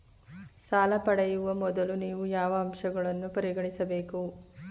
ಸಾಲ ಪಡೆಯುವ ಮೊದಲು ನೀವು ಯಾವ ಅಂಶಗಳನ್ನು ಪರಿಗಣಿಸಬೇಕು?